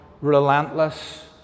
relentless